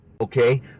Okay